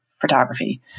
photography